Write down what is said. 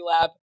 lab